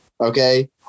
okay